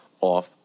off